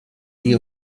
die